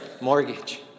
mortgage